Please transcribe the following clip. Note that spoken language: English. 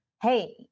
Hey